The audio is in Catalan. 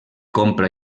compra